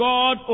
God